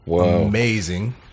amazing